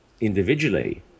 individually